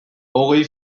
hogei